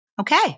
okay